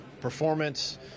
performance